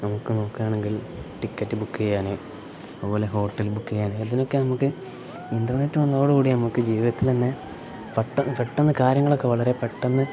നമുക്ക് നോക്കുകയാണെങ്കിൽ ticket book ചെയ്യാൻ അതുപോലെ ഹോട്ടൽ ബുക്ക് ചെയ്യാൻ ഇതിനൊക്കെ നമുക്ക് ഇൻ്റർനെറ്റ് വന്നതോടുകൂടി നമുക്ക് ജീവിതത്തിൽ തന്നെ പെട്ടെന്ന് പെട്ടെന്ന് കാര്യങ്ങളൊക്കെ വളരെ പെട്ടെന്ന്